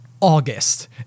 August